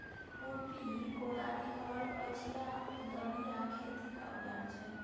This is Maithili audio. खुरपी, कोदारि, हर, कचिआ, दबिया खेतीक औजार छै